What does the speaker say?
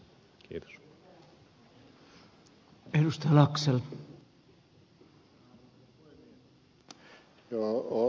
arvoisa puhemies